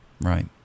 Right